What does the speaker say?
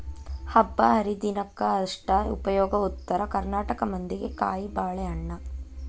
ಹಬ್ಬಾಹರಿದಿನಕ್ಕ ಅಷ್ಟ ಉಪಯೋಗ ಉತ್ತರ ಕರ್ನಾಟಕ ಮಂದಿಗೆ ಕಾಯಿಬಾಳೇಹಣ್ಣ